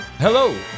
Hello